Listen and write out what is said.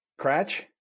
Cratch